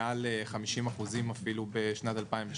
מעל 50% אפילו בשנת 2002,